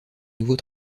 nouveau